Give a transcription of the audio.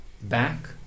back